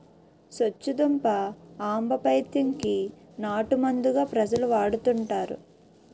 సొచ్చుదుంప ఆంబపైత్యం కి నాటుమందుగా ప్రజలు వాడుతుంటారు